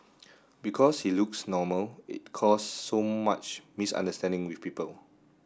because he looks normal it caused so much misunderstanding with people